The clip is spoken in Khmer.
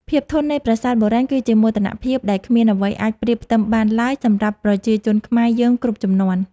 ភាពធន់នៃប្រាសាទបុរាណគឺជាមោទនភាពដែលគ្មានអ្វីអាចប្រៀបផ្ទឹមបានឡើយសម្រាប់ប្រជាជាតិខ្មែរយើងគ្រប់ជំនាន់។